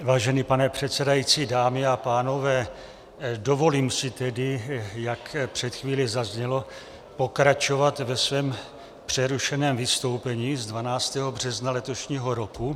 Vážený pane předsedající, dámy a pánové, dovolím si tedy, jak před chvílí zaznělo, pokračovat ve svém přerušeném vystoupení z 12. března letošního roku.